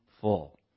full